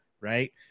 Right